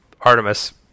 Artemis